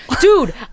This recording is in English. dude